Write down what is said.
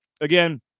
again